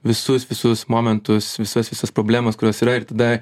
visus visus momentus visas visas problemas kurios yra ir tada